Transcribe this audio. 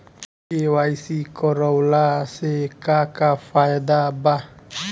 KYC करवला से का का फायदा बा?